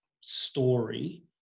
story